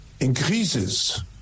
increases